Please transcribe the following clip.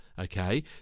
Okay